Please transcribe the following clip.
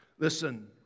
Listen